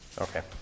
Okay